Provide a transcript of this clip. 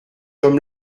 homme